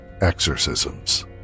exorcisms